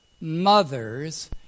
mothers